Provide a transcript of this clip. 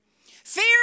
Fear